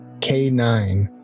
K-9